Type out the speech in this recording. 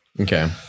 Okay